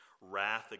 wrath